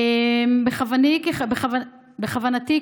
בכוונתי,